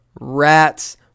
rats